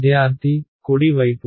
విద్యార్థి కుడి వైపు